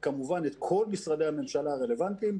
כמובן את כל משרדי הממשלה הרלוונטיים,